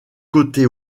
côté